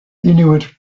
inuit